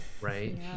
right